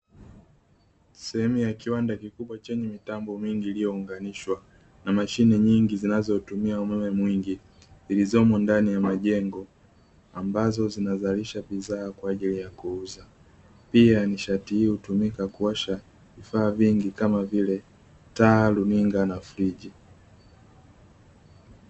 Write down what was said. Sehemu ya kiwanda kikubwa chenye mitambo mingi iliyounganishwa na mashine nyingi zinazotumia umeme mwingi zilizomo ndani ya majengo ambazo zinazalisha bidhaa kwa ajili ya kuuza. Pia nishati hii hutumika kuwasha vifaa vingi kama vile taa, luninga na friji.